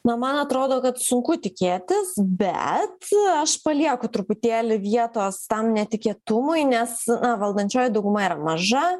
na man atrodo kad sunku tikėtis bet aš palieku truputėlį vietos tam netikėtumui nes valdančioji dauguma yra maža